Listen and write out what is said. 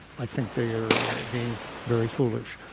i think they are being very foolish.